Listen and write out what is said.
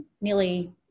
nearly